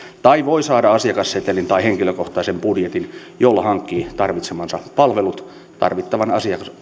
tai voi saada asiakassetelin tai henkilökohtaisen budjetin jolla hankkii tarvitsemansa palvelut tarvittavan